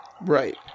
Right